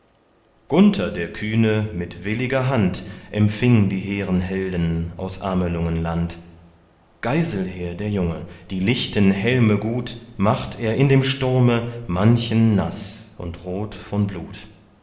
gunther der kühne mit williger hand empfing die hehren helden aus amelungenland geiselher der junge die lichten helme gut macht er in dem sturme manchen naß und rot von blut